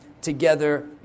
together